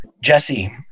Jesse